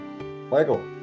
Michael